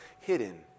hidden